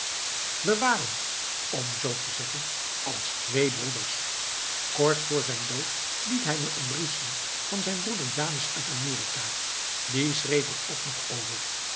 we waren om zoo te zeggen als twee broers kort voor zijn dood liet hij me een brief zien van zijn broer janus uit amerika die schreef er ook nog over